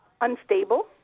Unstable